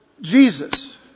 Jesus